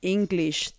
English